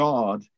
God